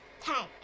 tank